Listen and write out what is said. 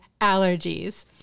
allergies